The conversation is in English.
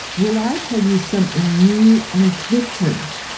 will i tell you something new and different,